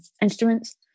instruments